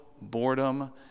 boredom